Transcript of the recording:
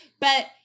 but-